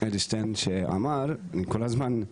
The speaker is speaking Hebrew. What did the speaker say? אדלשטיין שאמר כל הזמן,